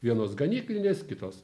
vienos gamyklinės kitos